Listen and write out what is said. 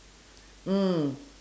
mm